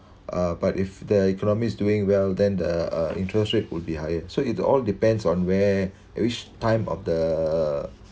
uh but if the economy is doing well then the uh interest rate will be higher so it all depends on where which time of the